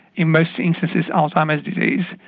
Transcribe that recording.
in most instances alzheimer's disease.